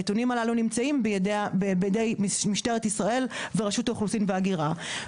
הנתונים הללו נמצאים בידי משטרת ישראל ורשות האוכלוסין וההגירה.